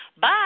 Bye